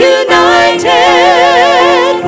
united